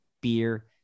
beer